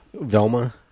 Velma